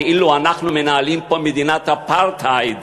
כאילו אנחנו מנהלים פה מדינת אפרטהייד